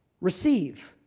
receive